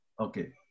Okay